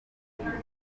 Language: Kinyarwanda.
basohoye